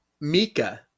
mika